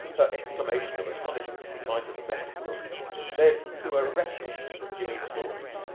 her exclamation of astonishment at the sight of the wrecked room led to a repetition of jimmy's story.